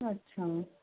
अच्छा